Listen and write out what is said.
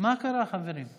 מה קרה, חברים?